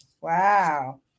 Wow